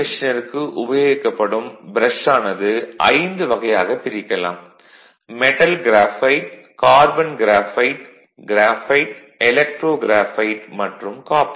மெஷினிற்கு உபயோகிக்கப்படும் ப்ரஷ் ஆனது ஐந்து வகையாகப் பிரிக்கலாம் metal graphite carbon graphite graphite electro graphite மற்றும் காப்பர்